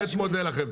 אני באמת מודה לכם.